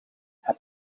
heb